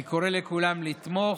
אני קורא לכולם לתמוך,